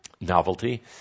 novelty